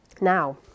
Now